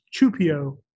Chupio